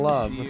Love